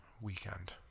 weekend